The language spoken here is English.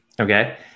Okay